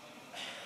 אלחרומי,